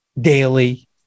daily